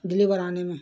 deliver آنے میں